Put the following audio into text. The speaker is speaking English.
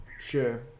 Sure